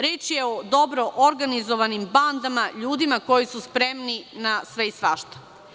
Reč je o dobro organizovanim bandama, ljudima koji su spremni na sve i svašta.